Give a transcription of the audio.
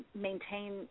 maintain